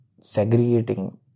segregating